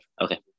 Okay